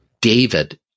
David